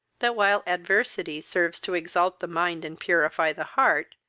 that, while adversity serves to exalt the mind and purify the heart,